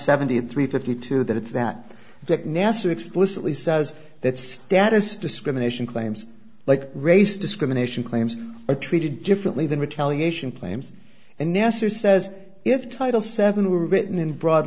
seventy three fifty two that that deck nassar explicitly says that status discrimination claims like race discrimination claims are treated differently than retaliation claims and nasser says if title seven were written in broad